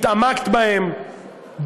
התעמקת בהם,